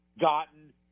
gotten